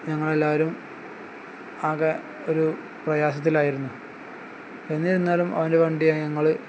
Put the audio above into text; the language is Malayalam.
ഞങ്ങൾ എല്ലാവരും ആകെ ഒരു പ്രയാസത്തിലായിരുന്നു എന്നിരുന്നാലും അവൻ്റെ വണ്ടിയാണ് ഞങ്ങൾ